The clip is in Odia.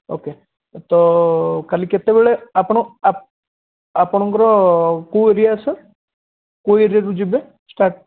ଓକେ ତ କାଲି କେତେବେଳେ ଆପଣ ଆପଣଙ୍କର କେଉଁ ଏରିଆ ସାର୍ କେଉଁ ଏରିଆରୁ ଯିବେ ଷ୍ଟାର୍ଟ୍